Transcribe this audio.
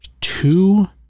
two